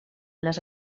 les